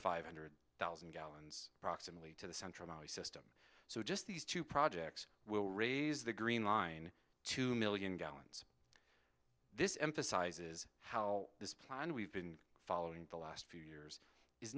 five hundred thousand gallons approximately to the central valley system so just these two projects will raise the green line two million gallons this emphasizes how this plan we've been following the last few years is